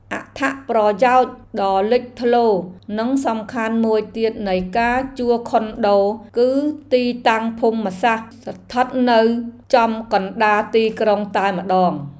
អត្ថប្រយោជន៍ដ៏លេចធ្លោនិងសំខាន់មួយទៀតនៃការជួលខុនដូ គឺទីតាំងភូមិសាស្ត្រស្ថិតនៅចំកណ្តាលទីក្រុងតែម្តង។